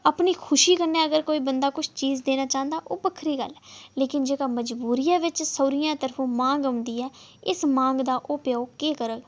अपनी खुशी कन्नै अगर कोई बंदा किश चीज देना चांह्दा ओह् बक्खरी गल्ल ऐ लेकिन जेह्का मजबूरी बिच सौह्रियें तरफों मांग औंदी ऐ इस मांग दा ओह् प्यो केह् करग